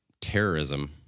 terrorism